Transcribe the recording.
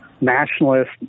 Nationalist